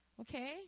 okay